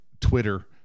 Twitter